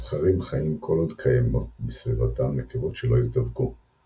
הזכרים חיים כל עוד קיימות בסביבתם נקבות שלא הזדווגו;